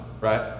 right